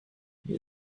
mir